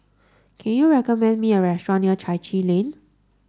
can you recommend me a restaurant near Chai Chee Lane